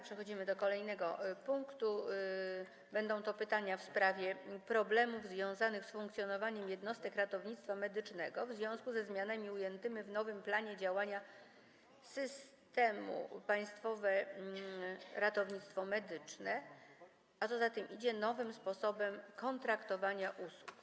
Przechodzimy do kolejnego pytania - w sprawie problemów związanych z funkcjonowaniem jednostek ratownictwa medycznego w związku ze zmianami ujętymi w nowym planie działania systemu Państwowe Ratownictwo Medyczne, a co za tym idzie, nowym sposobem kontraktowania usług.